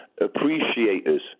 appreciators